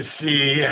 see